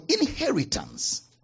inheritance